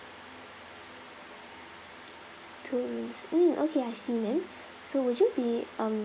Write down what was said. two rooms mm okay I see ma'am so would you be um